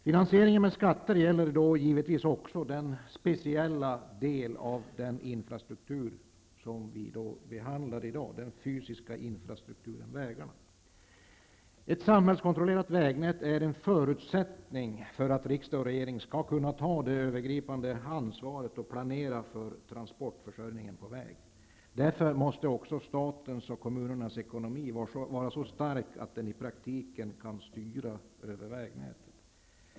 Finansieringen med skatter gäller då givetvis också den speciella del av den infrastruktur som vi i dag behandlar, nämligen den fysiska infrastrukturen, vägarna. Ett samhällskontrollerat vägnät är en förutsättning för att riksdag och regering skall kunna ta det övergripande ansvaret och planera för transportförsörjningen på väg. Därför måste också statens och kommunernas ekonomi vara så stark att den i praktiken kan styra över vägnätet.